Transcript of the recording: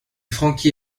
frankie